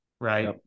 Right